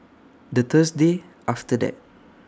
The Thursday after that